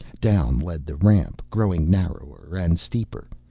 down led the ramp, growing narrower and steeper.